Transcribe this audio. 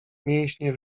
mięśnie